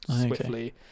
swiftly